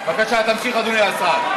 בבקשה, תמשיך, אדוני השר.